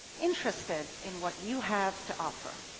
interested in what you have to offer.